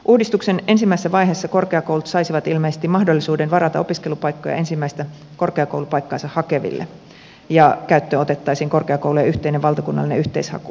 uudistuksen ensimmäisessä vaiheessa korkeakoulut saisivat ilmeisesti mahdollisuuden varata opiskelupaikkoja ensimmäistä korkeakoulupaikkaansa hakeville ja käyttöön otettaisiin korkeakoulujen yhteinen valtakunnallinen yhteishaku